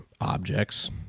objects